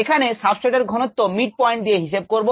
এখানে সাবস্ত্রেট এর ঘনত্ব mid point দিয়ে হিসেব করব